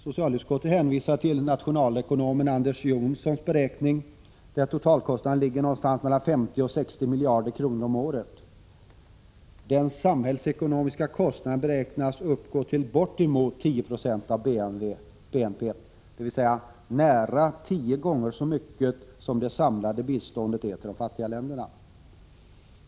Socialutskottet hänvisar till nationalekonomen Anders Johnssons beräkning, där totalkostnaden ligger någonstans mellan 50 och 60 miljarder kronor om året. Den samhällsekonomiska kostnaden beräknas uppgå till bortemot 10 96 av BNP, dvs. nära tio gånger så mycket som det samlade biståndet till de fattiga länderna!